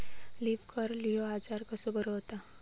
Leaf curl ह्यो आजार कसो बरो व्हता?